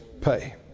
pay